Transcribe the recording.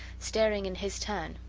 staring in his turn,